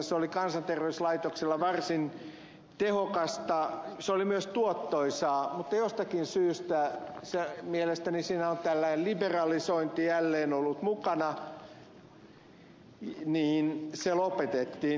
se oli kansanterveyslaitoksella varsin tehokasta se oli myös tuottoisaa mutta jostakin syystä mielestäni siinä on tällainen liberalisointi jälleen ollut mukana se lopetettiin